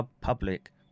public